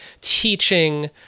teaching